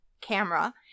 camera